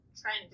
trend